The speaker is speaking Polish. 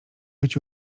być